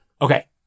Okay